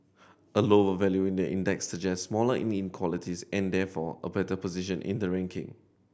a lower value in the index suggests smaller inequalities and therefore a better position in the ranking